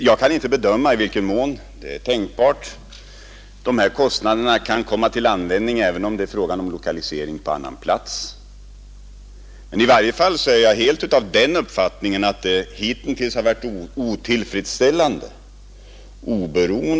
Jag kan inte bedöma i vilken mån det man fått för dessa kostnader kan Nr 129 komma till användning — det är tänkbart — även om det blir fråga om Torsdagen den lokalisering på annan plats. Men i varje fall är jag av den bestämda 18 november 1971 uppfattningen att det hitintills har varit otillfredsställande — oberoende Ang.